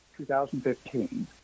2015